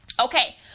okay